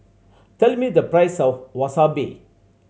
tell me the price of Wasabi